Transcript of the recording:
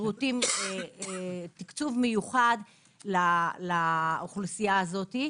תקצוב מיוחד לאוכלוסייה הזו.